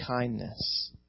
kindness